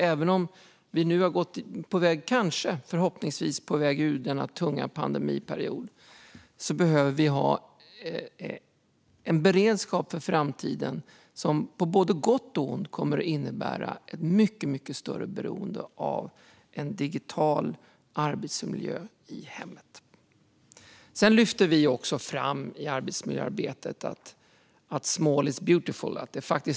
Även om vi kanske, förhoppningsvis, är på väg ut ur denna tunga pandemiperiod behöver det finnas en beredskap för framtiden, som på gott och ont kommer att innebära ett mycket större beroende av en digital arbetsmiljö i hemmet. I fråga om arbetsmiljöarbetet lyfter vi också fram att small is beautiful.